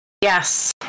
Yes